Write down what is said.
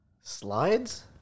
slides